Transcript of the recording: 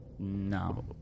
No